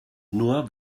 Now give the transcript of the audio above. nur